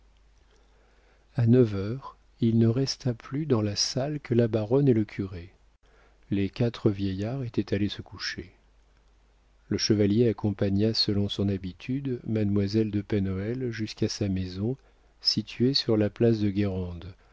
a neuf heures il ne resta plus dans la salle que la baronne et le curé les quatre vieillards étaient allés se coucher le chevalier accompagna selon son habitude mademoiselle de pen hoël jusqu'à sa maison située sur la place de